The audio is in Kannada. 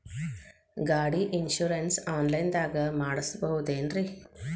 ಗಾಡಿ ಇನ್ಶೂರೆನ್ಸ್ ಆನ್ಲೈನ್ ದಾಗ ಮಾಡಸ್ಬಹುದೆನ್ರಿ?